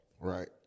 Right